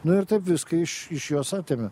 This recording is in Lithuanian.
nu ir taip viską iš iš jos atėmė